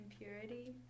impurity